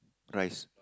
rice